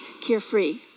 carefree